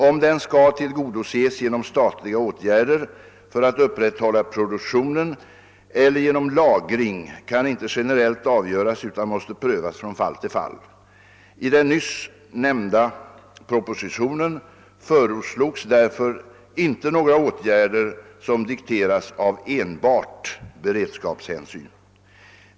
Om den skall tillgodoses genom statliga åtgärder för att upprätthålla produktionen eller genom lagring kan inte generellt avgöras utan måste prövas från fall till fall. I den nyssnämnda propositionen föreslogs därför inte några åtgärder som dikteras av enbart beredskapshänsyn.